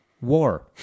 war